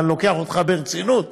ואני לוקח אותך ברצינות,